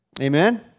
Amen